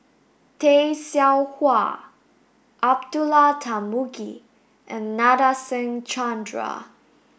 Tay Seow Huah Abdullah Tarmugi and Nadasen Chandra